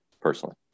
personally